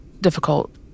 difficult